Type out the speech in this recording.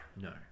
no